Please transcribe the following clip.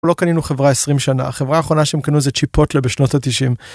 לא קנינו חברה 20 שנה החברה האחרונה שהם קנו את צ'יפוטלה בשנות התשעים